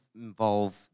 involve